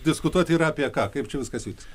diskutuoti yra apie ką kaip čia viskas vyksta